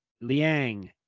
Liang